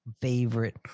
favorite